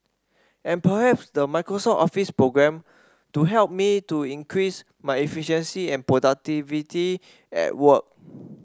and perhaps the Microsoft Office programme to help me to increase my efficiency and productivity at work